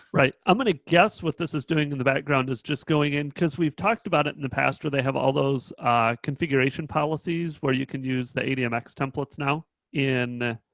right, i'm gonna guess what this is doing in the background is just going in, cause we've talked about it in the past where they have all those configuration policies where you can use the admx templates now in